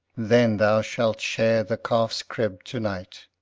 then thou shalt share the calf's crib to-night.